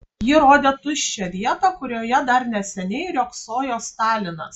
ji rodė tuščią vietą kurioje dar neseniai riogsojo stalinas